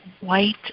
white